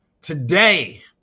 today